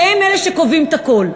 שהם אלה שקובעים הכול.